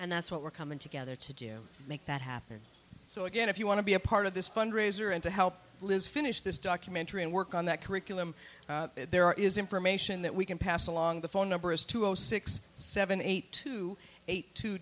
and that's what we're coming together to do you make that happen so again if you want to be a part of this fundraiser and to help liz finish this documentary and work on that curriculum there is information that we can pass along the phone numbers to zero six seven eight two eight two